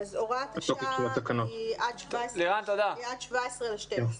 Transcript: הוראת השעה היא עד 17 בדצמבר.